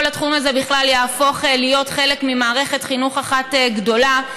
כל התחום הזה בכלל יהפוך להיות חלק ממערכת חינוך אחת גדולה.